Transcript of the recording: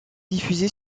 diffusée